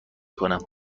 کنم